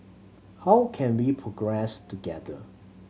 how can we progress together